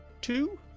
two